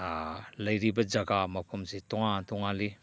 ꯂꯩꯔꯤꯕ ꯖꯒꯥ ꯃꯐꯝꯁꯤ ꯇꯣꯉꯥꯟ ꯇꯣꯉꯥꯟꯂꯤ